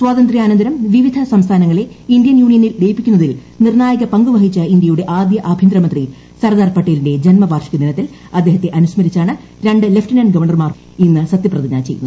സ്വാതന്ത്ര്യാനന്തരം വിവിധ സംസ്ഥാനങ്ങളെ ഇന്ത്യൻ യൂണിയനിൽ ലയിപ്പിക്കുന്നതിൽ നിർണ്ണായക പങ്കുവഹിച്ച ഇന്ത്യയുടെ ആദ്യ ആഭ്യന്തരമന്ത്രി സർദാർ പട്ടേലിന്റെ ജന്മവാർഷിക ദിനത്തിൽ അദ്ദേഹത്തെ അനുസ്മരിച്ചാണ് രണ്ടു ലഫ്റ്റനന്റ് ഗവർണർമാരും ഇന്ന് സത്യപ്രതിജ്ഞ ചെയ്യുന്നത്